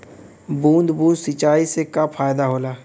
बूंद बूंद सिंचाई से का फायदा होला?